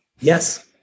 Yes